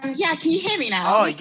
and yeah can you hear me now? like